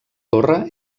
torre